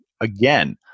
Again